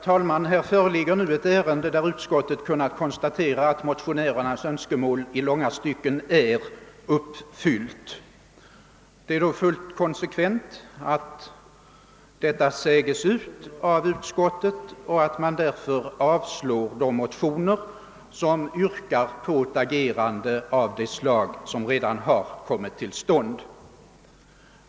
Herr talman! I detta ärende har utskottet kunnat konstatera, att motionärernas önskemål i långa stycken är uppfyllda. Det är då fullt konsekvent att detta utsäges av utskottet och att man därför avslår de motioner, som yrkar på ett agerande av det slag som redan har kommit till stånd.